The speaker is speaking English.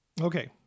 okay